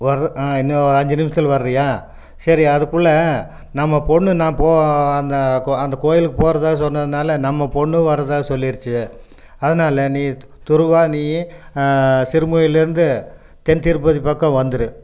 வர்ற இன்னும் ஒரு அஞ்சு நிமிஷத்தில் வரியா சரி அதுக்குள்ள நம்ம பெண்ணு நான் போ அந்த அந்த கோயிலுக்கு போகிறதா சொன்னதினால நம்ம பொண்ணு வர்றதாக சொல்லிருச்சு அதனால நீ துருவா நீ சிறுமுகையிலிருந்து தென்திருப்பதி பக்கம் வந்துடு